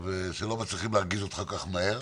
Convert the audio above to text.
ושלא מצליחים להרגיז אותך כל כך מהר.